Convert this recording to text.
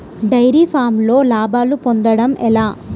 Dairy ఫామ్లో లాభాలు పొందడం ఎలా?